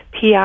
PR